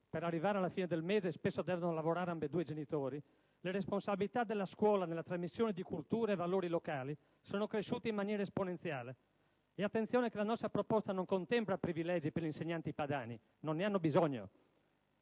(per arrivare alla fine del mese spesso devono lavorare ambedue i genitori), le responsabilità della scuola nella trasmissione di cultura e valori locali sono cresciute in maniera esponenziale. E attenzione che la nostra proposta non contempla privilegi per gli insegnanti padani: non ne hanno bisogno.